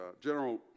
General